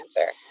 answer